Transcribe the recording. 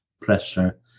pressure